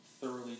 thoroughly